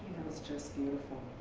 was just beautiful.